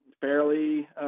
fairly